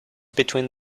between